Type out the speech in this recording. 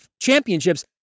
championships